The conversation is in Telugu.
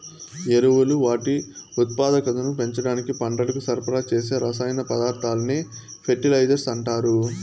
ఎరువులు వాటి ఉత్పాదకతను పెంచడానికి పంటలకు సరఫరా చేసే రసాయన పదార్థాలనే ఫెర్టిలైజర్స్ అంటారు